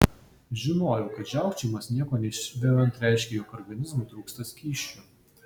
žinojau kad žiaukčiojimas nieko neišvemiant reiškia jog organizmui trūksta skysčių